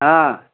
हँ